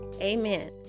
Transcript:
amen